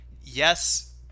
yes